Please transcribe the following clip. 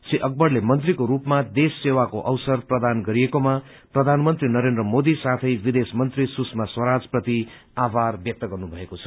श्री अकबरले मंत्रीको रूपामा देश सेवाको अवसर प्रदान गरिएकोमा प्रधानमंत्री नरेन्द्र मोदी साथै विदेशमंत्री सुषमा स्वराज प्रति आभार व्यक्त गर्नुभएको छ